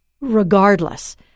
regardless